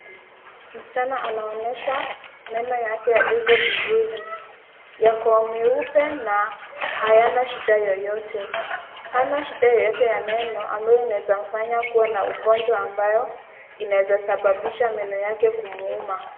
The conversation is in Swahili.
Msichana anaonesha meno yake yalivyo vizuri yako meupe na hayana shida yeyote. Hana shida yeyote ya meno ambayo inawezamfanya kuwa na ugonjwa ambayo inaweza sababisha meno yake kumwuuma.